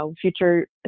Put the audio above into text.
future